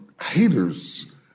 haters